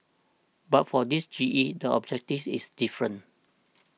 but for this G E the objective is different